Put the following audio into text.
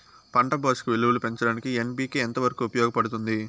పంట పోషక విలువలు పెంచడానికి ఎన్.పి.కె ఎంత వరకు ఉపయోగపడుతుంది